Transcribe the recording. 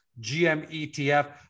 GMETF